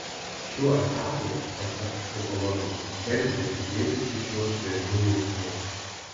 šiuo etapu pasak psichologės bergždžia tikėtis iš jo švelnių jausmų